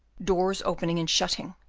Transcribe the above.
doors opening and shutting,